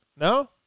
no